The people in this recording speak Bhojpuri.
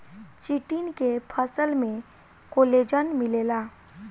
चिटिन के फसल में कोलेजन मिलेला